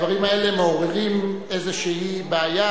הדברים האלה מעוררים איזושהי בעיה,